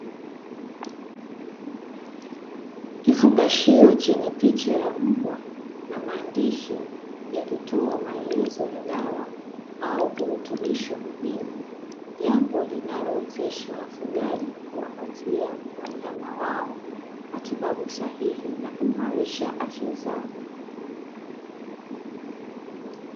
Kifungashio chenye picha ya mbwa na maandishi yakitoa maelezo ya dawa au virutubisho muhimu, jambo linalowezesha wafugaji kuwapatia wanyama wao matibabu sahihi na kuimarisha afya zao.